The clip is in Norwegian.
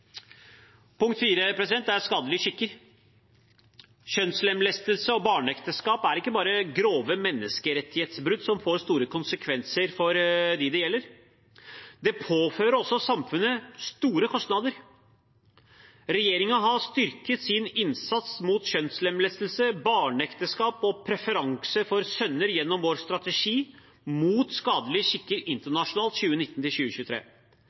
er skadelige skikker. Kjønnslemlestelse og barneekteskap er ikke bare grove menneskerettighetsbrudd som får store konsekvenser for dem det gjelder. Det påfører også samfunnet store kostnader. Regjeringen har styrket sin innsats mot kjønnslemlestelse, barneekteskap og preferanse for sønner gjennom vår strategi mot skadelige skikker internasjonalt, 2019–2023. Regjeringen har derfor satt av 760 mill. kr til